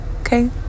okay